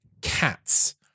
cats